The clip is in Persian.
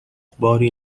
باری